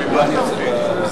התשע"א 2010, נתקבלה.